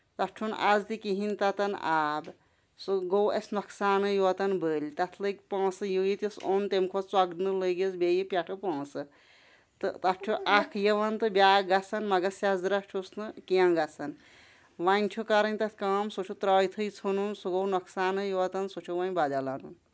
تَتھ چھُ نہٕ آز تہِ کہیٖنۍ تَتان آب سُہ گوٚو اَسہِ نۄقصانٕے یوٚتن بٔلۍ تَتھ لٕگۍ پۄنٛسہٕ ییٖتِس اوٚن تَمہِ کھۄتہٕ ژۄگنہٕ لگِس بیٚیہِ پٮ۪ٹھٕ پۄنٛسہٕ تہٕ تَتھ چھُ اکھ یِوان تہٕ بیاکھ گژھان مَگر سیزرہ چھُس نہٕ کیٚنٛہہ گژھان وۄنۍ چھُ کَرٕنۍ تَتھ کٲم سُہ چھُ ترٲے تھٕے ژھنُن سُہ گوٚو نۄقصانٕے یوٚتن سُہ چھُ وۄنۍ بدل اَنُن